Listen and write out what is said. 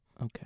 Okay